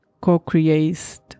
co-creates